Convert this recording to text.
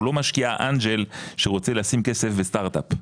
הוא לא משקיע אנג'ל שרוצה לשים כסף בסטארט אפ,